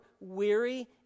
weary